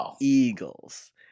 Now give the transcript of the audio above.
Eagles